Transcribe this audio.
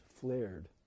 flared